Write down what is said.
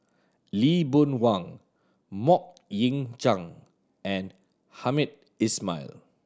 Lee Boon Wang Mok Ying Jang and Hamed Ismail